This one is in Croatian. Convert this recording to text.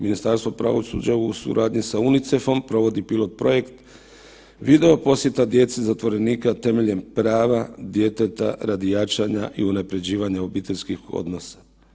Ministarstvo pravosuđa u suradnji sa UNICEF-om provodi pilot projekt video posjeta djece zatvorenika temeljem prava djeteta radi jačanja i unapređivanja obiteljskih odnosa.